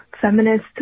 feminist